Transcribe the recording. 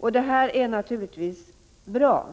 Detta är naturligtvis bra.